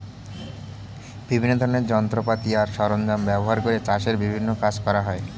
বিভিন্ন ধরনের যন্ত্রপাতি আর সরঞ্জাম ব্যবহার করে চাষের বিভিন্ন কাজ করা হয়